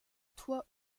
toit